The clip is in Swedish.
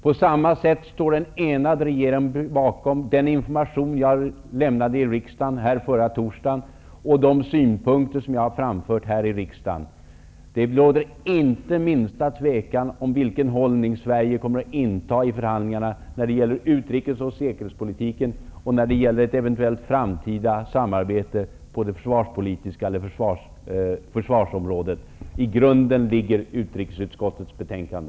På samma sätt står en enad regering bakom den information jag lämnade här i riksdagen förra torsdagen och de synpunkter som jag har framfört här. Det råder inte den minsta tvekan om vilken hållning Sverige kommer att inta i förhandlingarna när det gäller utrikes och säkerhetspolitiken och när det gäller ett eventuellt framtida samarbete på försvarsområdet. I grunden ligger utrikesutskottets betänkande.